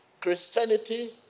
Christianity